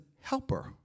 helper